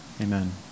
Amen